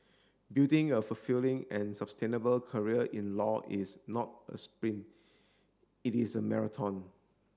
building a fulfilling and sustainable career in law is not a sprint it is a marathon